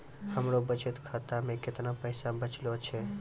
हमरो बचत खाता मे कैतना पैसा बचलो छै?